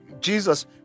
Jesus